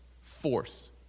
force